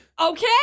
Okay